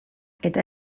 eta